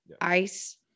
ice